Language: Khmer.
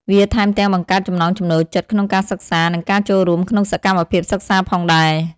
វាថែមទាំងបង្កើតចំណង់ចំណូលចិត្តក្នុងការសិក្សា និងការចូលរួមក្នុងសកម្មភាពសិក្សាផងដែរ។